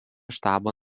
štabo